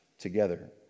together